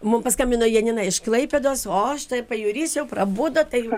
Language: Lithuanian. mums paskambino janina iš klaipėdos o štai ir pajūris jau prabudo tai